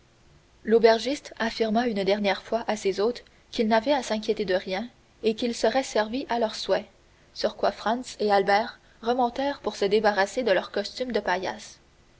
l'aubergiste affirma une dernière fois à ses hôtes qu'ils n'avaient à s'inquiéter de rien et qu'ils seraient servis à leurs souhaits sur quoi franz et albert remontèrent pour se débarrasser de leurs costumes de paillasses